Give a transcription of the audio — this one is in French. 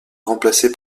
remplacée